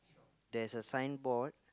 there's a signboard